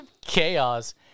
chaos